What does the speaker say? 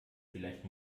vielleicht